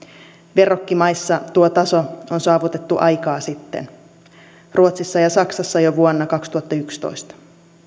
verrokkimaissa tuo taso on saavutettu aikaa sitten ruotsissa ja saksassa jo vuonna kaksituhattayksitoista